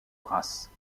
race